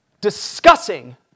discussing